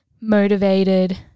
motivated